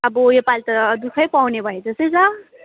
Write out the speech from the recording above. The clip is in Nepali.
अब यो पाली त दुःखै पाउने भयो जस्तै छ